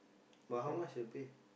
but how much the pay